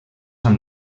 amb